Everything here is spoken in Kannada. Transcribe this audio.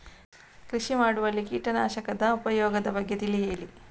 ಕೃಷಿ ಮಾಡುವಲ್ಲಿ ಕೀಟನಾಶಕದ ಉಪಯೋಗದ ಬಗ್ಗೆ ತಿಳಿ ಹೇಳಿ